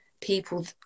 people